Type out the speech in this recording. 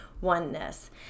oneness